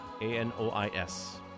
A-N-O-I-S